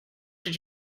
did